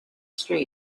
street